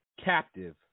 Captive